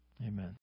Amen